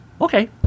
okay